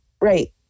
right